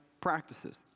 practices